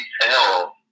tell